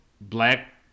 black